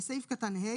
בסעיף קטן (ה),